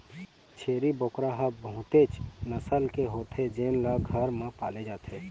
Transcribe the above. छेरी बोकरा ह बहुतेच नसल के होथे जेन ल घर म पाले जाथे